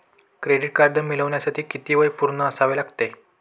Credit card मिळवण्यासाठी किती वय पूर्ण असावे लागते?